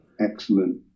excellent